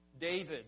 David